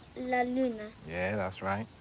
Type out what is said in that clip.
la luna. yeah, that's right.